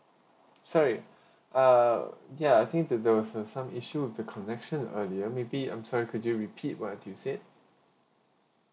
sorry uh ya I think the there was uh some issue with the connection earlier maybe um sorry could you repeat what you said